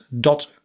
dot